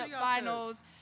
finals